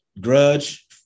grudge